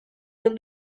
yıl